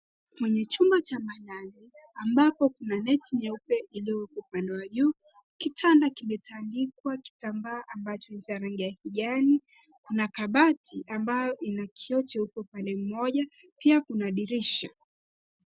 Ni chumba cha malazi ambapo kuna neti nyeupe iliyoko upande wa juu. Kitanda kimetandikwa kitambaa ambacho ni cha rangi ya kijani. Kuna kabati ambayo ina kiio cheupe upande mmoja, pia kuna dirisha.